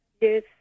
Yes